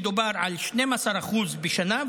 מדובר על 12% בשנה,